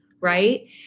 Right